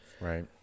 Right